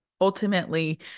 ultimately-